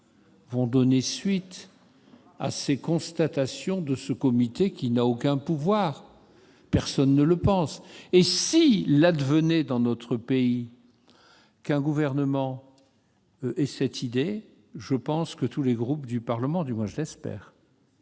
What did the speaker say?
va donner suite aux constatations de ce comité qui n'a aucun pouvoir. Personne ne le pense. Et s'il advenait dans notre pays qu'un gouvernement ait cette idée, tous les groupes du Parlement se dresseraient, du moins je l'espère,